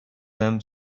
them